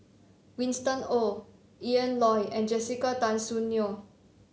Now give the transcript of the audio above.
Winston Oh Ian Loy and Jessica Tan Soon Neo